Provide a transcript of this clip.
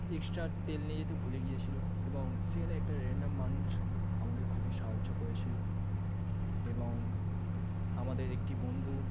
extra তেল নিয়ে যেতে ভুলে গিয়েছিল এবং সেখানে একটা র্যান্ডম মানুষ আমাদের খুবই সাহায্য করেছিল এবং আমাদের একটি বন্ধু